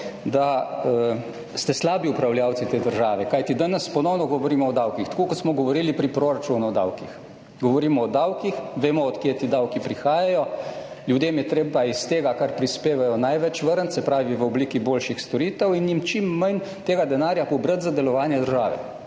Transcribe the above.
da ste slabi upravljavci te države, kajti danes ponovno govorimo o davkih, tako kot smo govorili pri proračunu o davkih. Govorimo o davkih, vemo od kje ti davki prihajajo. Ljudem je treba iz tega, kar prispevajo, največ vrniti, se pravi v obliki boljših storitev in jim čim manj tega denarja pobrati za delovanje države.